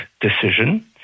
decision